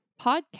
podcast